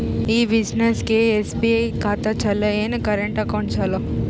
ಈ ಬ್ಯುಸಿನೆಸ್ಗೆ ಎಸ್.ಬಿ ಖಾತ ಚಲೋ ಏನು, ಕರೆಂಟ್ ಅಕೌಂಟ್ ಚಲೋ?